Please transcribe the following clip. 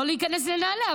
לא להיכנס לנעליים,